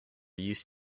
used